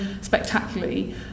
spectacularly